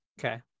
Okay